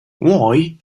why